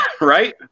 right